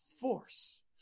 force